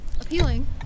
appealing